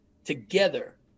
Together